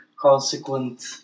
consequent